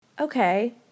Okay